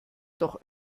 doch